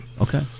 Okay